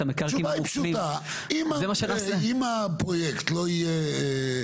התשובה היא פשוטה, אם הפרויקט לא יהיה